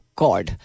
god